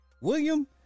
William